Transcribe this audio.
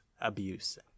abuse